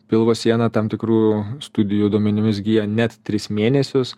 pilvo siena tam tikrų studijų duomenimis gyja net tris mėnesius